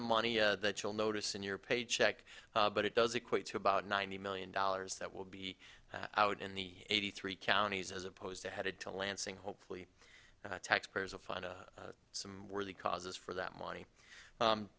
of money that you'll notice in your paycheck but it does equate to about ninety million dollars that will be out in the eighty three counties as opposed to headed to lansing hopefully taxpayers will find some worthy causes for that money